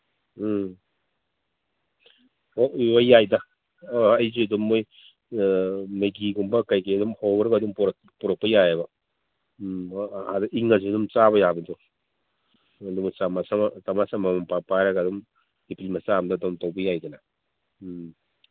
ꯎꯝ ꯌꯥꯏꯗ ꯑꯩꯁꯨ ꯑꯗꯨꯝ ꯃꯣꯏ ꯃꯦꯒꯤꯒꯨꯝꯕ ꯀꯩꯀꯩ ꯑꯗꯨꯝ ꯍꯧꯔꯒ ꯑꯗꯨꯝ ꯄꯨꯔꯛꯄ ꯌꯥꯏꯌꯦꯕ ꯎꯃ ꯑꯥꯗ ꯏꯪꯉꯁꯨ ꯑꯗꯨꯝ ꯆꯥꯕ ꯌꯥꯕꯗꯣ ꯑꯗꯨꯒ ꯆꯥꯃꯁ ꯑꯃ ꯆꯥꯃꯁ ꯑꯃꯃꯝ ꯄꯥꯏꯔꯒ ꯑꯗꯨꯝ ꯂꯤꯛꯂꯤ ꯃꯆꯥ ꯑꯃꯗ ꯀꯩꯅꯣ ꯇꯧꯕ ꯌꯥꯏꯗꯅ ꯎꯝ